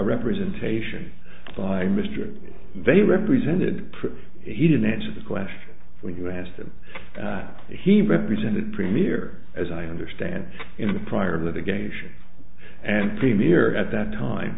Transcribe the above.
representation by mr they represented he didn't answer the question when you asked him that he represented premier as i understand in the prior litigation and premier at that time